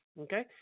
Okay